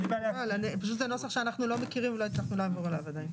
זה נוסח שאנחנו לא מכירים ולא הצלחנו עדיין לעבור עליו.